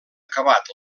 acabat